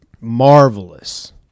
marvelous